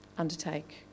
undertake